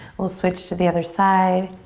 we'll switch to the other side.